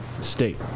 State